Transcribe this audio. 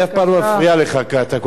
אני יכול לקבל את זה בכתב?